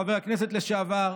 חבר הכנסת לשעבר,